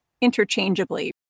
interchangeably